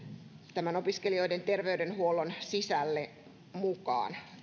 opiskelijoiden terveydenhuollon sisälle mukaan